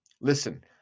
Listen